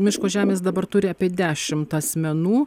miško žemės dabar turi apie dešimt asmenų